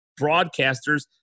broadcasters